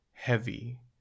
heavy